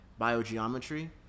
Biogeometry